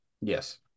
Yes